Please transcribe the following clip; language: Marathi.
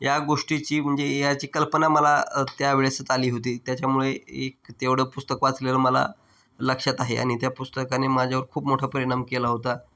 या गोष्टीची म्हणजे याची कल्पना मला त्यावेळेसच आली होती त्याच्यामुळे एक तेवढं पुस्तक वाचलेलं मला लक्षात आहे आणि त्या पुस्तकाने माझ्यावर खूप मोठा परिणाम केला होता